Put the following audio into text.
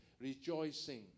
Rejoicing